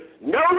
no